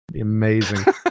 amazing